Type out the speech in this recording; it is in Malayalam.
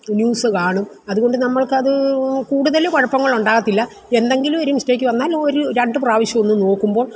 ന്യൂസ് കാണും അതുകൊണ്ട് നമ്മൾക്കത് കൂടുതല് കുഴപ്പങ്ങൾ ഉണ്ടാകത്തില്ല എന്തെങ്കിലും ഒരു മിസ്റ്റേക് വന്നാൽ ഒരു രണ്ട് പ്രാവശ്യം ഒന്ന് നോക്കുമ്പോൾ